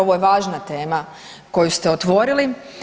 Ovo je važna tema koju ste otvorili.